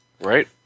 Right